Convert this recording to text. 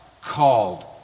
Called